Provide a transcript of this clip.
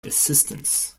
assistance